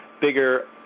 bigger